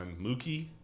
Mookie